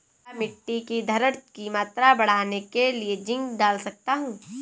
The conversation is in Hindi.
क्या मिट्टी की धरण की मात्रा बढ़ाने के लिए जिंक डाल सकता हूँ?